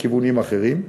לכיוונים אחרים,